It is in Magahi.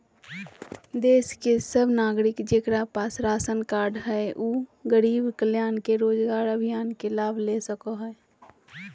देश के सब नागरिक जेकरा पास राशन कार्ड हय उ गरीब कल्याण रोजगार अभियान के लाभ ले सको हय